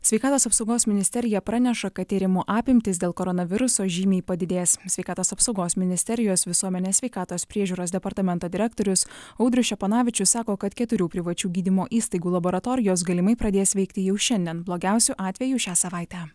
sveikatos apsaugos ministerija praneša kad tyrimų apimtys dėl koronaviruso žymiai padidės sveikatos apsaugos ministerijos visuomenės sveikatos priežiūros departamento direktorius audrius ščeponavičius sako kad keturių privačių gydymo įstaigų laboratorijos galimai pradės veikti jau šiandien blogiausiu atveju šią savaitę